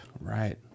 Right